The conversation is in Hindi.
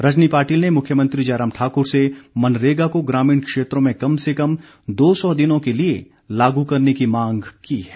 रजनी पाटिल ने मुख्यमंत्री जयराम ठाकुर से मनरेगा को ग्रामीण क्षेत्रों में कम से कम दो सौ दिनों के लिए लागू करने की मांग की है